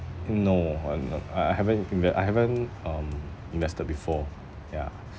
no I I haven't inve~ I haven't um invested before yeah